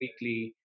weekly